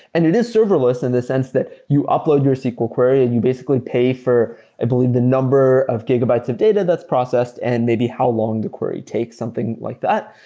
and it is serverless in the sense that you upload your sql query and you basically pay for, i believe, the number of gigabytes of data that's processed and maybe how long the query takes something like that.